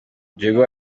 diego